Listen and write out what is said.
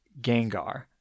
Gengar